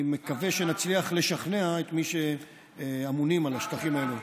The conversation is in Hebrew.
אני מקווה שנצליח לשכנע את מי שאמונים על השטחים האלה.